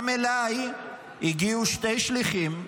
גם אליי הגיעו שני שליחים,